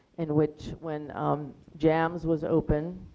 in which when um james was opened,